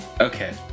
Okay